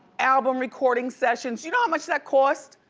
album recording sessions. you know how much that costs?